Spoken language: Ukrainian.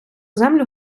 землю